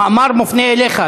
המאמר מופנה אליך.